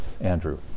Andrew